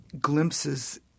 glimpses